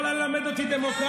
את יכולה ללמד אותי דמוקרטיה?